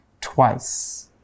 twice